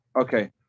Okay